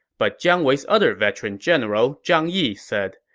but jiang wei's other veteran general, zhang yi, said,